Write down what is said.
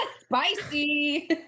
Spicy